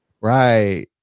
Right